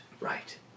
right